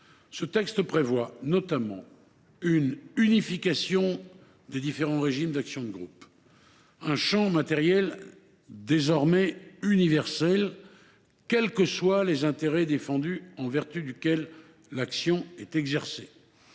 Ce texte prévoit notamment une unification des différents régimes d’action de groupe ; un champ matériel désormais universel, quels que soient les intérêts en vertu desquels l’action est exercée